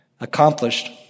accomplished